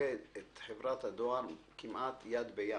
שמלווים את חברת הדואר כמעט יד ביד,